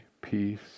peace